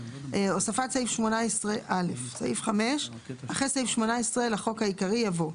הוספת סעיף 18א. 5. אחרי סעיף 18 לחוק העיקרי יבוא: